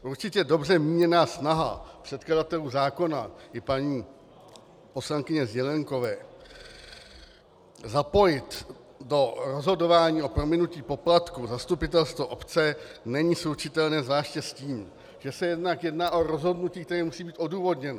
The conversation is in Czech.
Určitě dobře míněná snaha předkladatelů zákona i paní poslankyně Zelienkové zapojit do rozhodování o prominutí poplatků zastupitelstvo obce není slučitelná zvláště s tím, že se jednak jedná o rozhodnutí, které musí být odůvodněno.